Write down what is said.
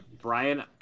Brian